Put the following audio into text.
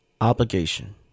obligation